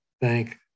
thank